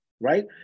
right